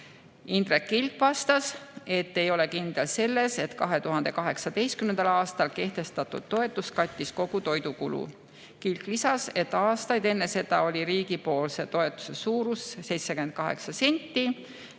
Indrek Kilk vastas, et ei ole kindel selles, et 2018. aastal kehtestatud toetus kattis kogu toidukulu. Kilk lisas, et aastaid enne seda oli riigipoolse toetuse suurus 78 senti